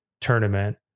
tournament